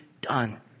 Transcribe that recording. done